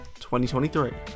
2023